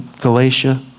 Galatia